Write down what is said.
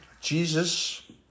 Jesus